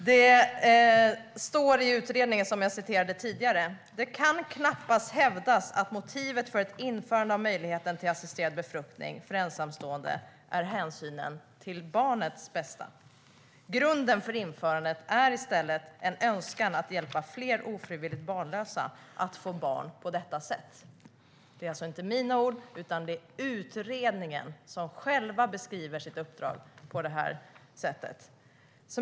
Herr talman! Jag citerade tidigare ur utredningen: "Det kan knappast hävdas att motivet för ett införande av möjligheten till assisterad befruktning för ensamstående är hänsynen till barnets bästa. Grunden för införandet är i stället en önskan att hjälpa fler ofrivilligt barnlösa att få barn på detta sätt." Det är alltså inte mina ord, utan det är utredningen som själv beskriver sitt uppdrag på det här sättet.